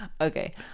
Okay